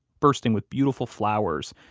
bursting with beautiful flowers,